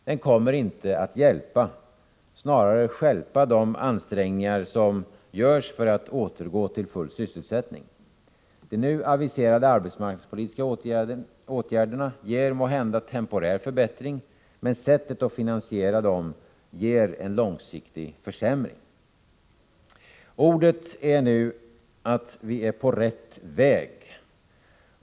Den kommer inte att hjälpa, snarare stjälpa de ansträngningar som görs för att återgå till full sysselsättning. De nu aviserade arbetsmarknadspolitiska åtgärderna ger måhända en temporär förbättring, men sättet att finansiera dem ger en långsiktig försämring. Uttrycket nu är att ”vi är på rätt väg”.